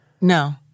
No